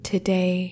Today